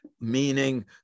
meaning